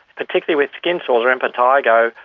particularly with skin sores or impetigo,